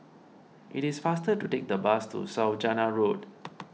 it is faster to take the bus to Saujana Road